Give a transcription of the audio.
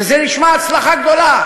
וזה נשמע הצלחה גדולה,